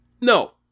No